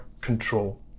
control